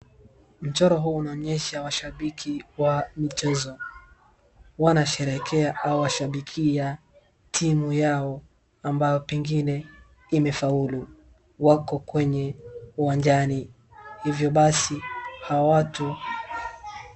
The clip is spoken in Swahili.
Mchoro huu unaonyesha washabiki wa michezo. Wanasherehekea au washabikia timu yao ambayo pengine imefaulu. Wako kwenye uwanjani. Hivyo basi hawa watu...